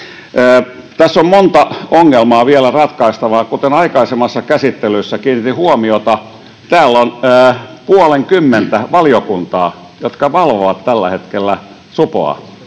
Tässä on monta ongelmaa vielä ratkaistava. Kuten aikaisemmassa käsittelyssä kiinnitin huomiota, täällä on puolenkymmentä valiokuntaa, jotka valvovat tällä hetkellä Supoa